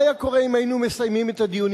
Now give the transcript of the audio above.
מה היה קורה אם היינו מסיימים את הדיונים